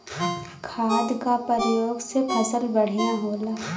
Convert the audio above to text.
खाद क परयोग से फसल बढ़िया होला